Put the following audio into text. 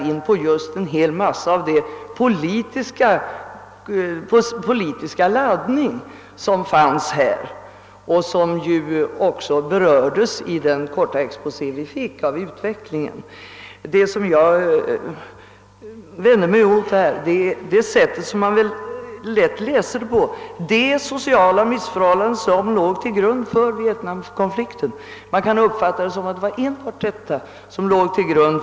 I och med detta kommer vi omedelbart in på en stor del av den politiska laddning, som förelåg och som ju också berördes i den korta exposé vi fick av utvecklingen. Vad jag vände mig mot var att man kunde läsa det så att det var enbart de sociala missförhållandena som låg till grund för vietnamkonflikten. Man kan uppfatta det på det sättet.